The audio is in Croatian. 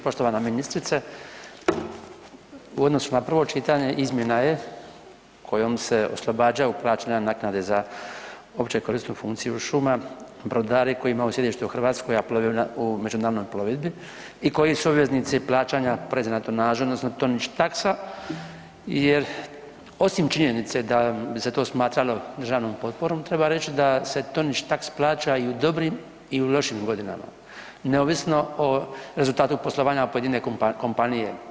Poštovana ministrice, u odnosu na prvo čitanje izmjena je kojom se oslobađaju plaćanja naknade za općekorisnu funkciju šuma brodari koji imaju sjedište u Hrvatskoj, a plove u međunarodnoj plovidbi i koji su obveznici plaćanja poreza na tonažu odnosno …/nerazumljivo/ taksa, jer osim činjenice da bi se to smatralo državnom potporom treba reći da se …/nerazumljivo/… taks plaća i u dobrim i u lošim godinama, neovisno o rezultatu poslovanja pojedine kompanije.